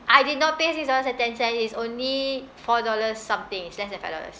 I did not pay six dollars and ten cents is only four dollars something it's less than five dollars